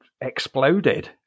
exploded